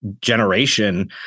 generation